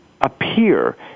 appear